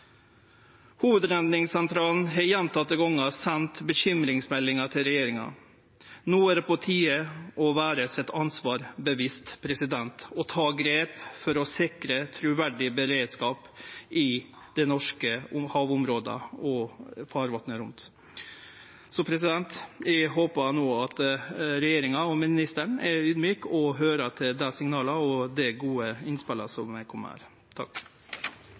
Hovudredningssentralen har gjentekne gongar sendt bekymringsmeldingar til regjeringa. No er det på tide å kjenne ansvaret sitt og ta grep for sikre truverdig beredskap i dei norske havområda og farvatnet rundt. Eg håpar no at regjeringa og ministeren er audmjuke og lyttar til dei signala og dei gode innspela som